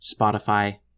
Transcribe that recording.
Spotify